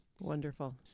Wonderful